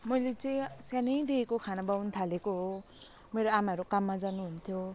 मैले चाहिँ सानैदेखिको खाना पकाउनु थालेको हो मेरो आमाहरू काममा जानु हुन्थ्यो